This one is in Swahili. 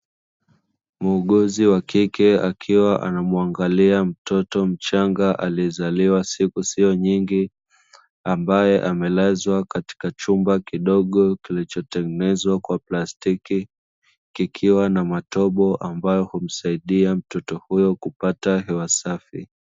Muuguzi wa kike akiwa anamuangalia mtoto mchanga aliyezaliwa siku sio nyingi, ambaye amelazwa katika chumba kidogo kilichotengenezwa kwa plastiki, kikiwa na matobo ambayo humsaidia mtoto huyo kupata hewa safi.